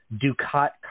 Ducat